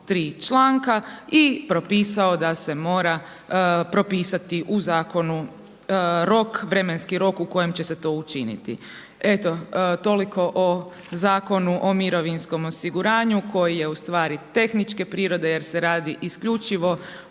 3 članka i propisao da se mora propisati u Zakonu, vremenski rok u kojem će se to učiniti. Eto, toliko o Zakonu o mirovinskom osiguranju, koji je ustvari tehničke prirode, jer se radi isključivo o